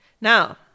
Now